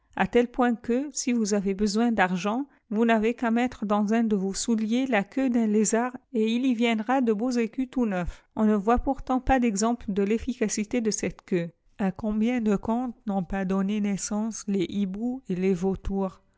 à tel point que si vous avez besoin d'argent vous n'avez qu'à mettre dans un de vos souliers la queue d'un lézard et il y viendra de beaux écus tout neufs on ne voit pourtant pas d'exetadple de l'efficacité de cette queue a combien de contes n'ont pas donné naissance les hiboux et les vautours